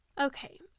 Okay